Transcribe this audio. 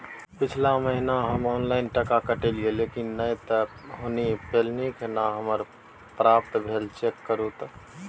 पिछला महीना हम ऑनलाइन टका कटैलिये लेकिन नय त हुनी पैलखिन न हमरा प्राप्त भेल, चेक करू त?